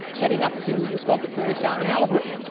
heading up to muskoka, parry sound and haliburton,